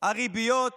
הריביות עולות,